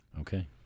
Okay